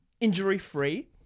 injury-free